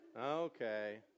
Okay